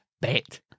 bet